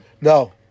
No